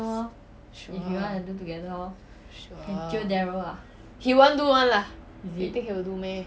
sure sure he won't do [one] lah you think he will do meh